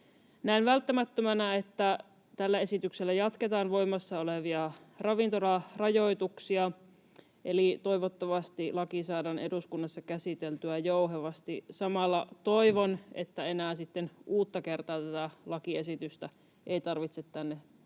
Näen välttämättömänä, että tällä esityksellä jatketaan voimassa olevia ravintolarajoituksia, eli toivottavasti laki saadaan eduskunnassa käsiteltyä jouhevasti. Samalla toivon, että enää sitten uutta kertaa tätä lakiesitystä ei tarvitse tänne